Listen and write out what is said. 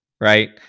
right